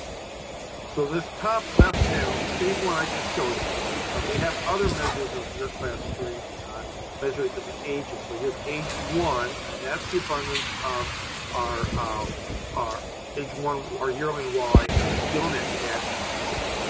so this top left panel is the same one i just showed you, now but we have other measures of year class strength measured at different ages. so here's age one, and that's the abundance of our um our age one, our yearly walleye in our gillnet catch each fall.